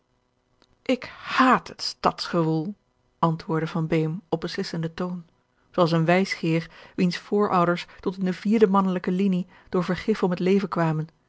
ik haat het stadsgewoel antwoordde van beem op beslissenden toon zooals een wijsgeer wiens voorouders tot in de vierde mannelijke linie door vergif om het leven kwamen